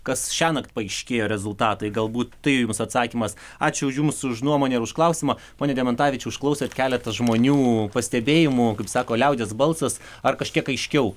kas šiąnakt paaiškėjo rezultatai galbūt tai jums atsakymas ačiū už jums už nuomonę ir už klausimą pone dementavičiau išklausėt keletą žmonių pastebėjimų kaip sako liaudies balsas ar kažkiek aiškiau